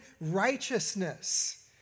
righteousness